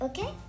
Okay